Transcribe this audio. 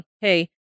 hey